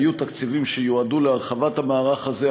היו תקציבים שיועדו להרחבת המערך הזה,